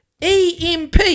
EMP